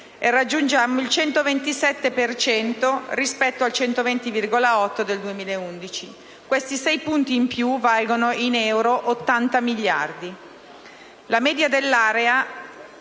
e raggiungiamo il 127 per cento rispetto al 120,8 per cento del 2011. Quei sei punti in più valgono, in euro, 80 miliardi. La media dell'area